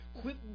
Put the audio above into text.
Quit